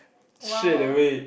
straight away